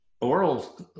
oral